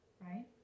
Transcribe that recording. Right